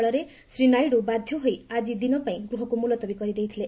ଫଳରେ ଶ୍ରୀ ନାଇଡୁ ବାଧ୍ୟହୋଇ ଆଜି ଦିନ ପାଇଁ ଗୃହକୁ ମୁଲତବୀ କରିଦେଇଥିଲେ